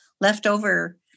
leftover